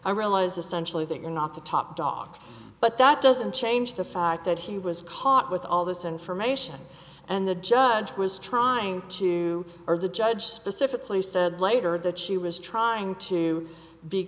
i realize essential that you're not the top dog but that doesn't change the fact that he was caught with all this information and the judge was trying to or the judge specifically said later that she was trying to be